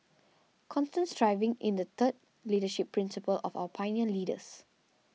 constant striving is the third leadership principle of our pioneer leaders